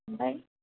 ओमफाय